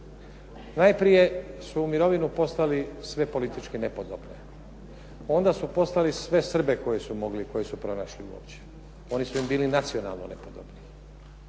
Najprije su u mirovinu poslali sve politički nepodobne, onda su poslali sve Srbe koje su mogli i koje su pronašli uopće, oni su im bili nacionalno nepodobni.